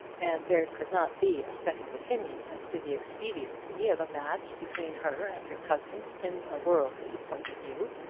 and there could not be a second opinion as to the expediency of a match between her and her cousin in a worldly point of view.